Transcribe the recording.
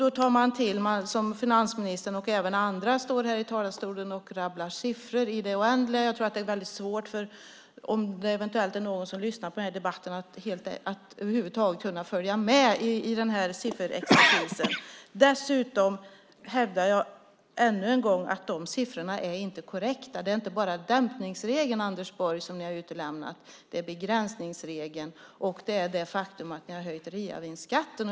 Då gör man som finansministern och även andra: Man står i talarstolen och rabblar siffror i det oändliga. Jag tror att det är väldigt svårt för en åhörare - om det eventuellt är någon som lyssnar på debatten - att över huvud taget kunna följa med i sifferexercisen. Dessutom hävdar jag ännu en gång att siffrorna inte är korrekta. Det är inte bara dämpningsregeln, Anders Borg, som ni har utelämnat. Det är också begränsningsregeln och det faktum att ni har höjt reavinstskatten.